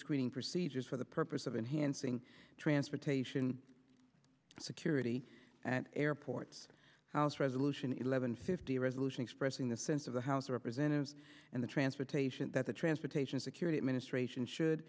screening procedures for the purpose of enhancing transportation security at airports house resolution eleven fifty resolution expressing the sense of the house of representatives and the transportation that the transportation security administration should